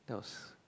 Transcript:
that was